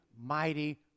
mighty